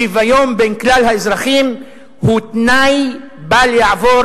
שוויון בין כלל האזרחים הוא תנאי בל-יעבור